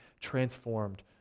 transformed